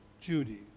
Judy